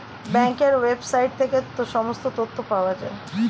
ব্যাঙ্কের ওয়েবসাইট থেকে সমস্ত তথ্য পাওয়া যায়